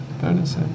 bonus